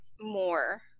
more